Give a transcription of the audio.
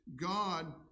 God